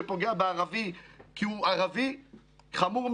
זה לא מכובד, כי דיברנו בטלפון.